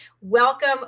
Welcome